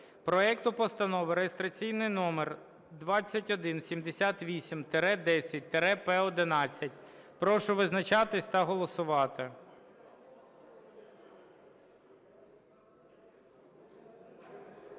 проекту Постанови, реєстраційний номер 2178-10-П11. Прошу визначатись та голосувати.